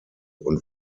und